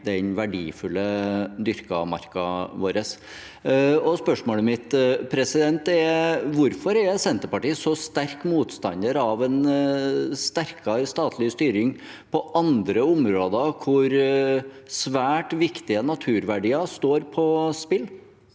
den verdifulle dyrkamarka vår. Spørsmålet mitt er: Hvorfor er Senterpartiet så sterk motstander av en sterkere statlig styring på andre områder hvor svært viktige naturverdier står på spill?